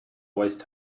waste